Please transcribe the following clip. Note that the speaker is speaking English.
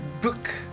book